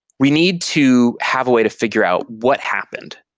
we need to have a way to figure out what happened.